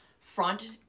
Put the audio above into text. front